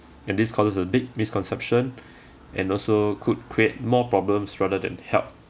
and this causes a big misconception and also could create more problems rather than help